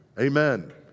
Amen